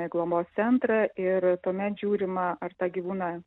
į globos centrą ir tuomet žiūrima ar tą gyvūną